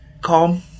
calm